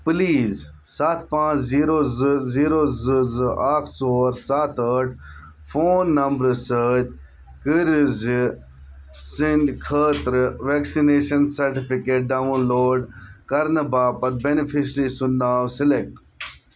please سَتھ پانژھ zero زٕ زیٖرو زٕ زٕ اکھ ژور سَتھ ٲٹھ فون نمبرٕ سۭتۍ کٔرۍزِ سٕنٛدۍ خٲطرٕ ویکسِنیشن سرٹِفکیٹ ڈاوُن لوڈ کرنہٕ باپتھ بٮ۪نِفِشری سُنٛد ناو سِلیکٹ